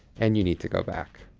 and you need to go back.